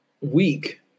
week